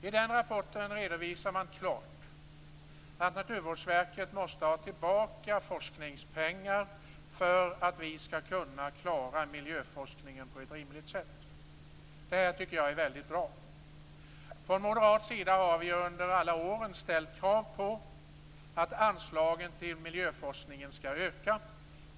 I den rapporten redovisar man klart att Naturvårdsverket måste ha tillbaka forskningspengar för att miljöforskningen skall kunna klaras på ett rimligt sätt. Det tycker jag är väldigt bra. Från moderat sida har vi under alla år ställt krav på att anslagen till miljöforskningen skall öka.